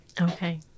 Okay